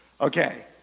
Okay